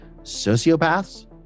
Sociopaths